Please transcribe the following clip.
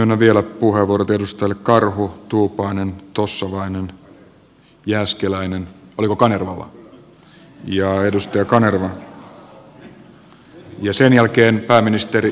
myönnän vielä puheenvuorot edustajille karhu tuupainen tossavainen jääskeläinen ja kanerva ja sen jälkeen pääministeri